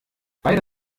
beide